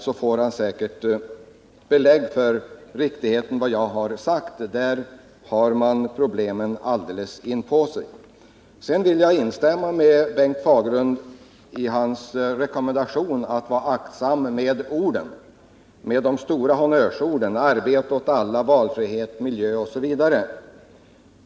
Då får han säkert belägg för riktigheten i vad jag sagt. Här har man problemen alldeles inpå sig. Sedan vill jag instämma med Bengt Fagerlund i hans rekommendation att vara aktsam när det gäller att ta till de stora honnörsorden arbete åt alla, valfrihet, miljö osv.